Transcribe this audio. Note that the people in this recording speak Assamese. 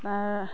তাৰ